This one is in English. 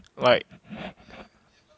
like